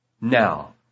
Now